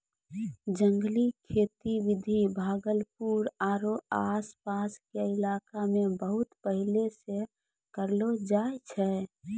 जंगली खेती के विधि भागलपुर आरो आस पास के इलाका मॅ बहुत पहिने सॅ करलो जाय छै